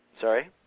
Sorry